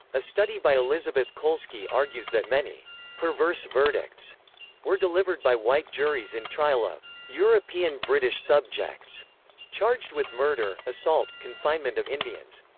a study by elisabeth kolsky argues that many perverse verdicts were delivered by white juries in trial of european british subjects charged with murder, assault, confinement of indians.